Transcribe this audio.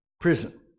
prison